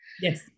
Yes